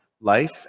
life